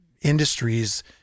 industries